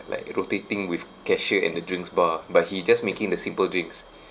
like rotating with casher and the drinks bar but he's just making the simple drinks